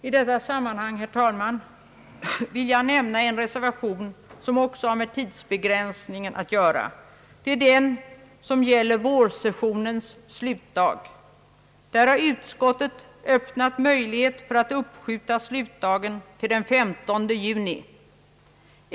I detta sammanhang, herr talman, vill jag nämna en reservation som också har med tidsbegränsningen att göra, nämligen den som gäller vårsessionens slutdag. Utskottet har där öppnat möjlighet att uppskjuta slutdagen till den 15 juni.